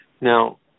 Now